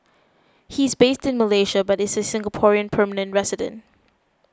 he is based in Malaysia but is a Singapore permanent resident